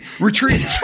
retreat